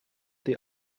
they